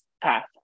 path